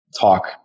talk